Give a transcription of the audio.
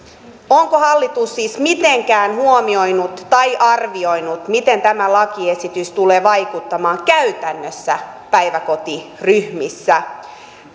onko hallitus siis mitenkään huomioinut tai arvioinut miten tämä lakiesitys tulee vaikuttamaan käytännössä päiväkotiryhmissä